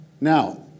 Now